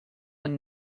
and